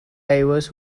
divers